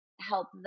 help